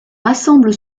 rassemble